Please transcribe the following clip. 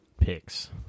picks